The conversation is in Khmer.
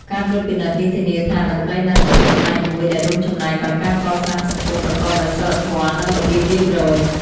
ការត្រួតពិនិត្យនេះធានាថា តន្ត្រីនៅតែជាផ្នែកមួយដែលរួមចំណែកដល់ការកសាងសង្គមប្រកបដោយសីលធម៌ និងរបៀបរៀបរយ។